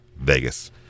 Vegas